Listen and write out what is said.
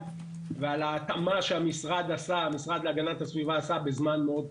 ועל ההתאמה שהמשרד להגנת הסביבה עשה בזמן מאוד קצר.